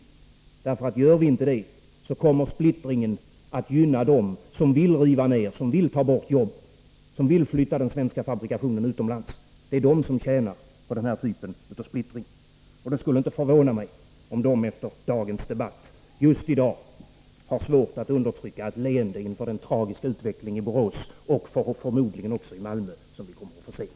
Gör vi inte det, kommer splittringen att gynna dem som vill riva ned och ta bort jobben samt flytta den svenska fabrikationen utomlands. De tjänar på denna typ av splittring. Det skulle inte förvåna mig om de efter dagens debatt har svårt att undertrycka ett leende inför den tragiska utvecklingen i Borås, en utveckling som vi förmodligen kommer att få se även i Malmö.